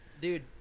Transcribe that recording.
Dude